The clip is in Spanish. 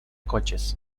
coches